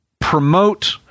promote